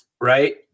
right